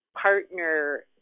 partner